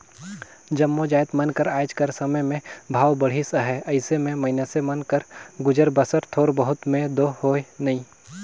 जम्मो जाएत मन कर आएज कर समे में भाव बढ़िस अहे अइसे में मइनसे मन कर गुजर बसर थोर बहुत में दो होए नई